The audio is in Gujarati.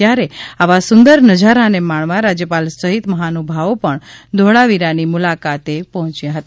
ત્યારે આવા સુંદર નઝારાને માણવા રાજ્યપાલ સહિત મહાનુભાવો પણ ધોળાવિરાની મુલાકાત લીધી હતી